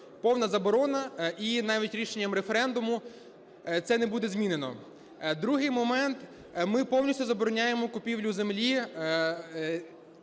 Повна заборона. І навіть рішенням референдуму це не буде змінено. Другий момент. Ми повністю забороняємо купівлю землі